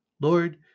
lord